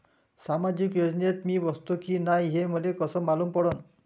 सामाजिक योजनेत मी बसतो की नाय हे मले कस मालूम पडन?